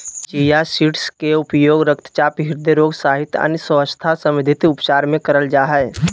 chia seeds के उपयोग रक्तचाप, हृदय रोग सहित अन्य स्वास्थ्य संबंधित उपचार मे करल जा हय